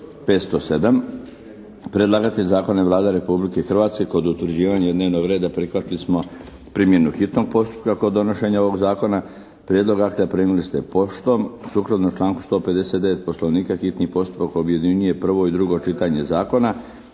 507. Predlagatelj zakona je Vlada Republike Hrvatske. Kod utvrđivanja dnevnog reda prihvatili smo primjenu hitnog postupka kod donošenja ovog zakona. Prijedlog akta primili ste poštom. Sukladno članku 159. poslovnika hitni postupak objedinjuje prvo i drugo čitanje zakona.